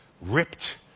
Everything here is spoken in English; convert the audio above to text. ripped